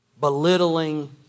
belittling